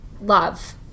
love